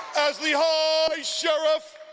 as the high sheriff